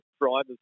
drivers